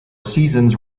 seasons